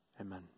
Amen